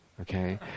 Okay